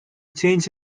change